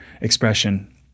expression